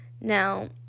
Now